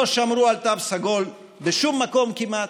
לא שמרו על תו סגול בשום מקום כמעט.